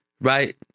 Right